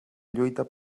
lluita